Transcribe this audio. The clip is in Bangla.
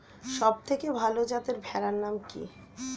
সবথেকে ভালো যাতে ভেড়ার নাম কি?